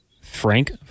Frank